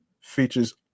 features